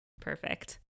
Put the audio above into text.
Perfect